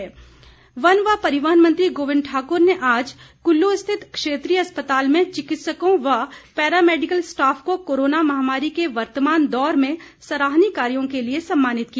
गोविंद ठाकुर वन व परिवहन मंत्री गोविंद ठाकुर ने आज कुल्लू स्थित क्षेत्रीय अस्पताल में चिकित्सकों व पैरा मैडिकल स्टॉफ को कोरोना महामारी के वर्तमान दौर में सराहनीय कार्यों के लिए सम्मानित किया